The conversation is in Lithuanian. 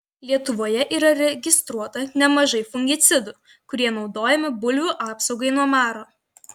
lietuvoje yra registruota nemažai fungicidų kurie naudojami bulvių apsaugai nuo maro